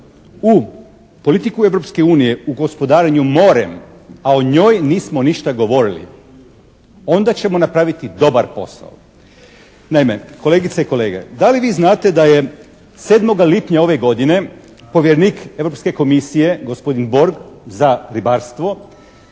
unije u gospodarenju morem, a o njoj nismo ništa govorili onda ćemo napraviti dobar posao. Naime, kolegice i kolege da li vi znate da je 7. lipnja ove godine povjerenik Europske Komisije gospodin Borg za ribarstvo